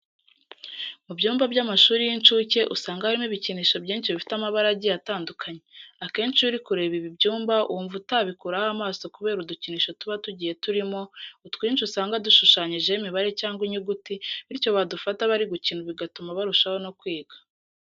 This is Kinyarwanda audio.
Mu byumba by'amshuri y'inshuke usanga harimo ibikinisho byinshi bifite amabara agiye atandukanye. Akenshi iyo uri kureba ibi byumba wumva utabikuraho amaso kubera udukinisho tuba tugiye turimo, utwinshi usanga dushushanyijeho imibare cyangwa inyuguti bityo badufata bari gukina bigatuma barushaho no kwiga.